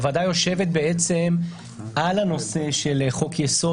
הוועדה יושבת בעצם על הנושא של חוק-יסוד